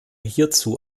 hierzu